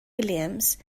williams